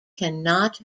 cannot